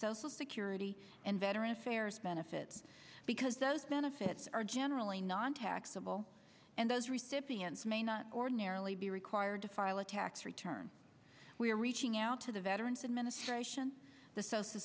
social security and veterans affairs benefits because those benefits are generally nontaxable and those recipients may not ordinarily be required to file a tax return we are reaching out to the veterans administration the so